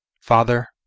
father